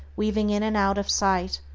weaving in and out of sight,